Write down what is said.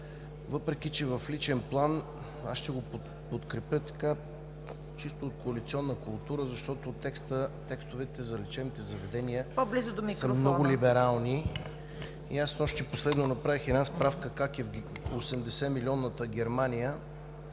въпреки че в личен план ще го подкрепя чисто от коалиционна култура, защото текстовете за лечебните заведения са много либерални. Снощи последно направих една справка как е в 80-милионната Германия